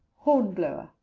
hornblower.